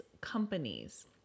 companies